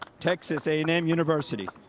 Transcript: texas a and m university.